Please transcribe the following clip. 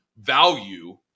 value